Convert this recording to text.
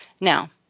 Now